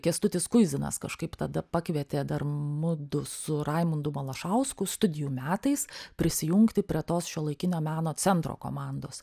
kęstutis kuizinas kažkaip tada pakvietė dar mudu su raimundu malašausku studijų metais prisijungti prie tos šiuolaikinio meno centro komandos